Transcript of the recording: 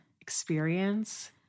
experience